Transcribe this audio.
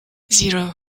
zero